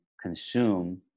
consume